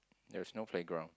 there's no playground